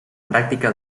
pràctica